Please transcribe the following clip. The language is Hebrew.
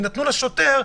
נתנו לשוטר,